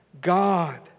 god